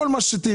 כל מה שתרצו,